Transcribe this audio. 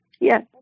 Yes